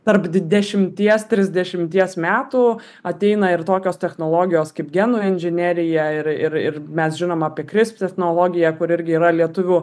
tarp dešimties trisdešimties metų ateina ir tokios technologijos kaip genų inžinerija ir ir ir mes žinom apie krips technologiją kuri irgi yra lietuvių